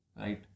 Right